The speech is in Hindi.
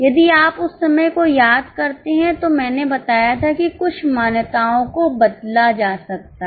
यदि आप उस समय को याद करते हैं तो मैंने बताया था कि कुछ मान्यताओं को बदला जा सकता है